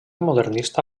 modernista